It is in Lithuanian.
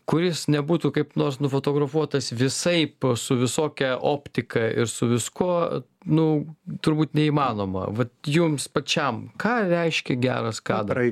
kuris nebūtų kaip nors nufotografuotas visaip su visokia optika ir su viskuo nu turbūt neįmanoma vat jums pačiam ką reiškia geras kadra